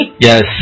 Yes